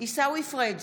עיסאווי פריג'